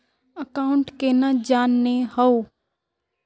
Account केना जाननेहव?